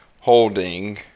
holding